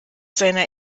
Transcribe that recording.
seiner